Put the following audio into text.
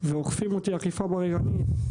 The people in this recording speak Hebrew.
ואוכפים אותי אכיפה בררנית,